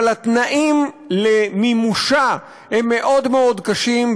אבל התנאים למימושה הם מאוד מאוד קשים,